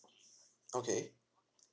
okay